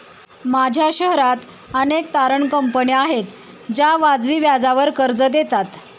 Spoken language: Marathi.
माझ्या शहरात अनेक तारण कंपन्या आहेत ज्या वाजवी व्याजावर कर्ज देतात